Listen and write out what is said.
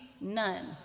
none